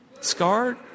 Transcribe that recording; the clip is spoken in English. Scarred